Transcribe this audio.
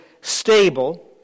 stable